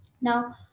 now